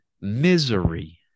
misery